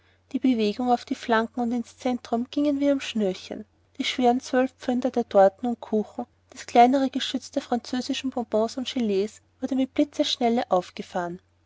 die bewegungen auf die flanken und ins zentrum gingen wie am schnürchen die schweren zwölfpfünder der torten und kuchen das kleinere geschütz der französischen bonbons und gelees werde mit blitzesschnelle aufgefahren